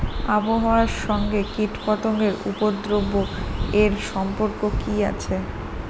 আবহাওয়ার সঙ্গে কীটপতঙ্গের উপদ্রব এর সম্পর্ক কি আছে?